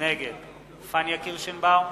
נגד פניה קירשנבאום,